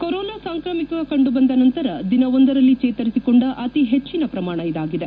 corona ಸಾಂಕ್ರಾಮಿಕ ಕಂಡುಬಂದ ನಂತರ ದಿನವೊಂದರಲ್ಲಿ ಜೇತರಿಸಿಕೊಂಡ ಅತಿ ಹೆಚ್ಚಿನ ಪ್ರಮಾಣ ಇದಾಗಿದೆ